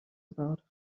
about